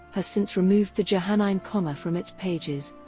has since removed the johannine comma from its pages.